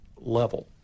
level